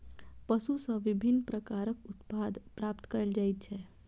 पशु सॅ विभिन्न प्रकारक उत्पाद प्राप्त कयल जाइत छै